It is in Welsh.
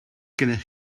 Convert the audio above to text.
gennych